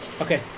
Okay